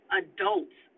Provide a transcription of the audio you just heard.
adults